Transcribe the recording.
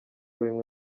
bimwe